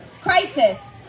crisis